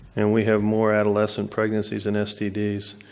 and we have more adolescent pregnancies and std's.